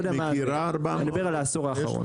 אני מדבר על העשור האחרון.